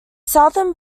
southern